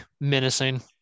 menacing